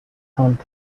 hunt